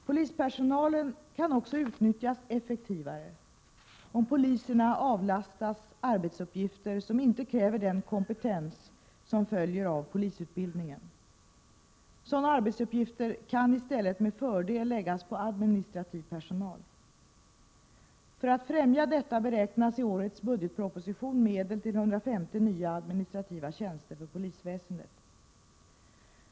Polispersonalen kan också utnyttjas effektivare om poliserna avlastas arbetsuppgifter som inte kräver den kompetens som följer av polisutbildningen. Sådana arbetsuppgifter kan i stället med fördel läggas på administrativ personal. För att främja detta beräknas i årets budgetproposition medel till 150 nya administrativa tjänster för polisväsendet.